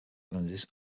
lenses